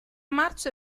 marzo